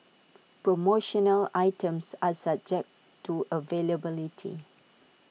promotional items are subject to availability